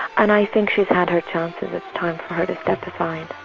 and i think she's had her chances, it's time for her to step aside.